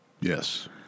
Yes